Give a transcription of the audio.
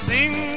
Sing